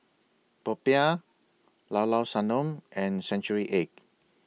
Popiah Llao Llao Sanum and Century Egg